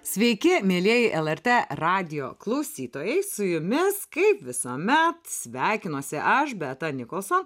sveiki mielieji lrt radijo klausytojai su jumis kaip visuomet sveikinuosi aš beata nikolson